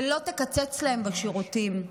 ולא תקצץ להם בשירותים.